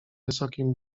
wysokim